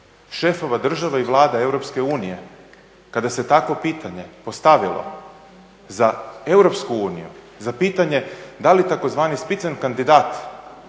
šefova država i Vlada EU, kada se takvo pitanje postavilo za EU, za pitanje da li tzv. … kandidat